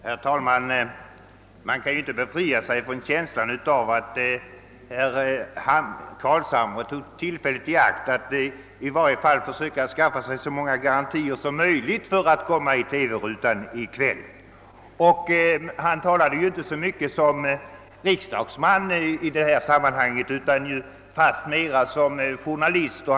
Herr talman! Jag kan inte befria mig från känslan av att herr Carlshamre tog tillfället i akt att i varje fall komma i TV-rutan i kväll. Han talade inte så mycket som riksdagsman i detta sammanhang, utan fastmera som journalist.